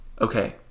okay